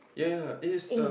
ya it's a